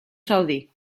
saudí